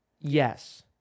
Yes